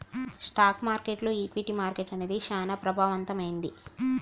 stock మార్కెట్టులో equity market అనేది చానా ప్రభావవంతమైంది